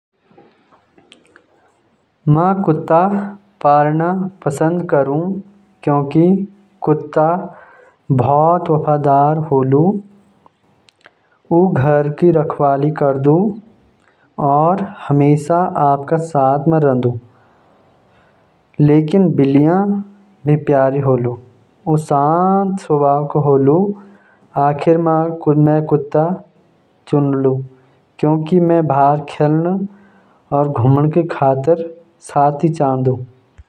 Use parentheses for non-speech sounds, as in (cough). म कुत्ता पालणा पसंद करुँ क्युकि कुत्ता बहुत वफादार होलु। उ घर क रखवाली करदु और हमेशा आपक साथ म रहदु। लेकिन बिल्लियां भी प्यारी होलु, उ शांत स्वभाव क होलु। (unintelligible) आखिर म, म कुत्ता चुन्नु क्युकि म बाहर खेलण और घुमण खातर साथी चहानु।